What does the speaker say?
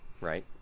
Right